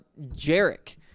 Jarek